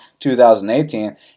2018